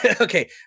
Okay